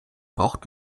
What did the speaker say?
braucht